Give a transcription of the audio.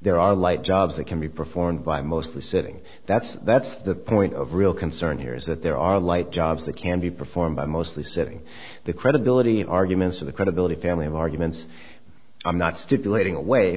there are light jobs that can be performed by mostly sitting that's that's the point of real concern here is that there are light jobs that can be performed by mostly setting the credibility arguments of the credibility family of arguments i'm not stipulating away